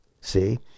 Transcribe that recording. See